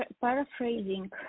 Paraphrasing